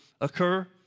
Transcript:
occur